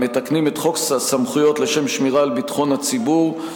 המתקנים את חוק סמכויות לשם שמירה על ביטחון הציבור,